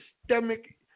systemic